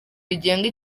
rigenga